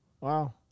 Wow